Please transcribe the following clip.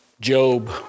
Job